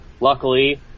luckily